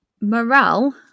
Morale